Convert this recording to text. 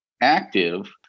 active